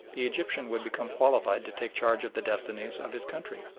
the egyptian would become qualified to take charge of the destinies of his country.